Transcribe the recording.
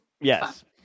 Yes